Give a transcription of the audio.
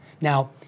Now